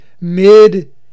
mid